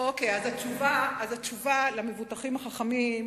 התשובה למבוטחים החכמים,